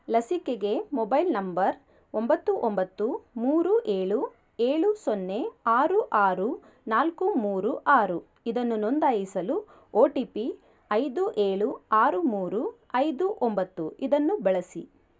ಲಸಿಕೆಗೆ mobile number ಒಂಬತ್ತು ಒಂಬತ್ತು ಮೂರು ಏಳು ಏಳು ಸೊನ್ನೆ ಆರು ಆರು ನಾಲ್ಕು ಮೂರು ಆರು ಇದನ್ನು ನೋಂದಾಯಿಸಲು ಓ ಟಿ ಪಿ ಐದು ಏಳು ಆರು ಮೂರು ಐದು ಒಂಬತ್ತು ಇದನ್ನು ಬಳಸಿ